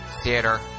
theater